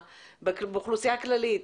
באוכלוסייה הכללית,